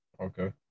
Okay